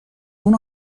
اون